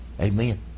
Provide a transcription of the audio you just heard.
Amen